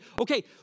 okay